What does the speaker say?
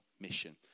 mission